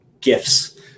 gifts